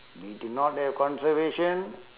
we did not have conservation